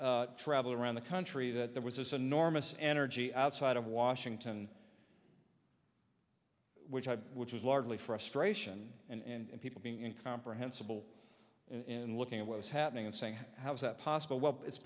i travel around the country that there was this enormous energy outside of washington which i which was largely frustration and people being in comprehensible in looking at what was happening and saying how is that possible